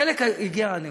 הגיע הנאום.